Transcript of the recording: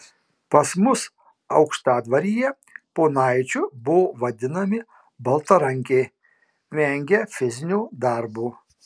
pas mus aukštadvaryje ponaičiu buvo vadinami baltarankiai vengią fizinio darbo